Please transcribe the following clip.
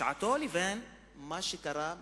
בשעתו הוא ליבן מה שקרה לממשלה,